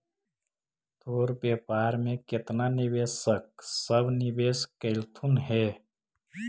तोर व्यापार में केतना निवेशक सब निवेश कयलथुन हे?